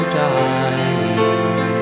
dying